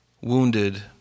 wounded